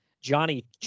Johnny